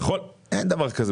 אין דבר כזה.